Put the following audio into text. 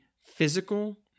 physical